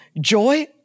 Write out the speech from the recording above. joy